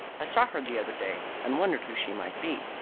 i saw her the other day, and wondered who she might be.